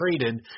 traded